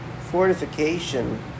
fortification